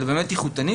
אלא איכותני,